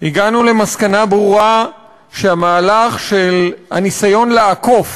הגענו למסקנה ברורה שהמהלך של הניסיון לעקוף